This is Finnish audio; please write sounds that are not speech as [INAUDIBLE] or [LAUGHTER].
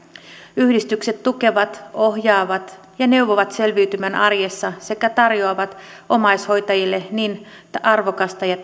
yhdistykset tukevat ohjaavat ja neuvovat selviytymään arjessa sekä tarjoavat omaishoitajille niin arvokkaita ja [UNINTELLIGIBLE]